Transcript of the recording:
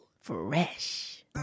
Fresh